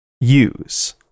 use